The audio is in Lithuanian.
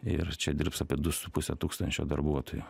ir čia dirbs apie du su puse tūkstančio darbuotojų